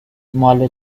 مال